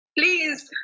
Please